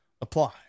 apply